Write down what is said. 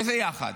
איזה יחד?